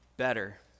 better